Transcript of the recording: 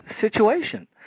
situation